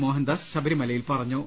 മോഹൻദാസ് ശബരിമലയിൽ പറഞ്ഞു